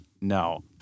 No